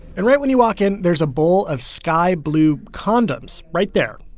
and right when you walk in, there's a bowl of sky-blue condoms right there.